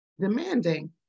Demanding